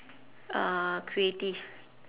uh creative